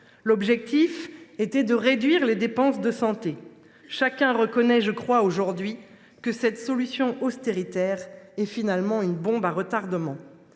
L’objectif était de réduire les dépenses de santé. Chacun le reconnaît aujourd’hui, cette solution austéritaire s’avère une bombe à retardement.